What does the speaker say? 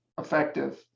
effective